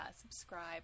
subscribe